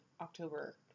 October